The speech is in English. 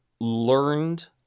learned